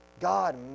God